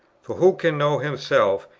for who can know himself,